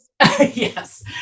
Yes